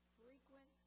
frequent